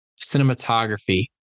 cinematography